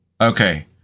Okay